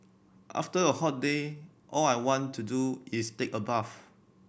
after a hot day all I want to do is take a bath